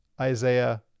Isaiah